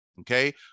okay